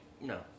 No